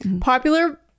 Popular